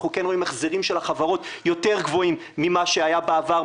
אנחנו כן רואים החזרים של החברות יותר גבוהים ממה שהיה בעבר,